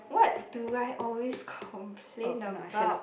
what do I always complain about